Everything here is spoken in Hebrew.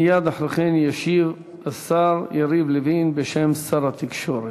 מייד אחרי כן ישיב השר יריב לוין בשם שר התקשורת.